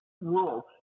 rules